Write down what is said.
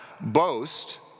boast